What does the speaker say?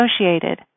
associated